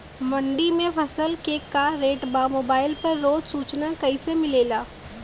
मंडी में फसल के का रेट बा मोबाइल पर रोज सूचना कैसे मिलेला?